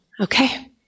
Okay